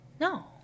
No